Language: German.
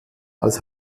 als